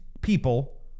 people